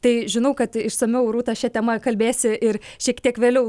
tai žinau kad išsamiau rūta šia tema kalbėsi ir šiek tiek vėliau